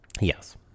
yes